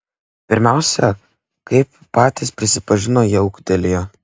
pirmiausia kaip patys prisipažino jie ūgtelėjo